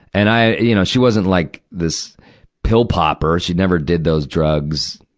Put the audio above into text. and i, you know, she wasn't, like, this pill popper. she never did those drugs,